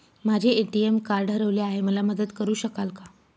माझे ATM card हरवले आहे, मला मदत करु शकाल का?